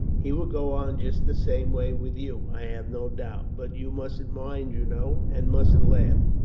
he will go on just the same way with you, i have no doubt but you mustn't mind, you know, and mustn't laugh,